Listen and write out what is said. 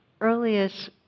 earliest